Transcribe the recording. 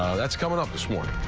that's coming up this morning.